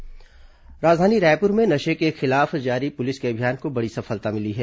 cocaine गिरोह राजधानी रायपुर में नशे के खिलाफ जारी पुलिस के अभियान को बड़ी सफलता मिली है